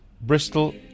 Bristol